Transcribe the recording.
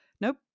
Nope